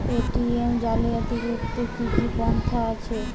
ATM জালিয়াতি রুখতে কি কি পন্থা আছে?